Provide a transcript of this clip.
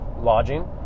lodging